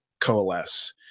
coalesce